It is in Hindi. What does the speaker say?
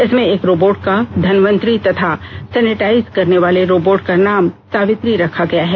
इसमें एक रोबोट का धनवन्त्री तथा सेनेटाइज करने वाले रोबोट का नाम सावित्री रखा गया है